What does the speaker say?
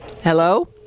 Hello